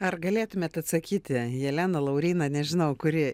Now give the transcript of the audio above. ar galėtumėt atsakyti jelena lauryna nežinau kuri